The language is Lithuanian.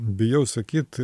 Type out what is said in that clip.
bijau sakyt